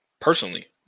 personally